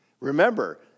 Remember